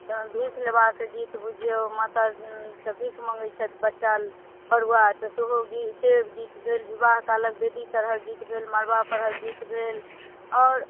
भीख लेबाक गीत बुझियौ माता सॅं भीख मॅंगै छै बरुआ से गीत भेल विवाह कालक वेदी परहक गीत भेल मरबा परहक गीत भेल आओर